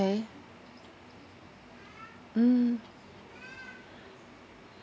mm